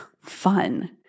fun